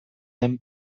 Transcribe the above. den